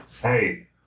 Hey